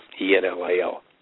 E-N-L-I-L